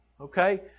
Okay